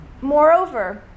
Moreover